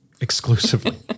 exclusively